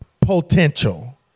potential